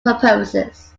purposes